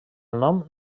nom